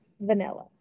vanilla